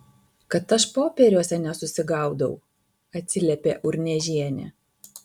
kad aš popieriuose nesusigaudau atsiliepė urniežienė